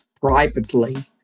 privately